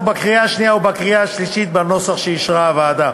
בקריאה שנייה ובקריאה שלישית בנוסח שאישרה הוועדה.